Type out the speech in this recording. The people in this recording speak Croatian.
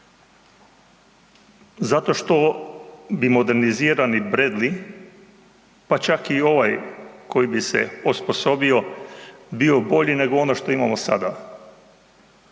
Zato što bi modernizirani Bradley pa čak i ovaj koji bi se osposobio, bio bolji nego ono što imamo sada.